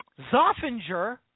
Zoffinger